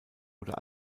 oder